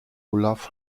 olaf